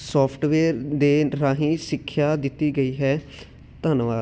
software ਦੇ ਰਾਹੀਂ ਸਿੱਖਿਆ ਦਿੱਤੀ ਗਈ ਹੈ ਧੰਨਵਾਦ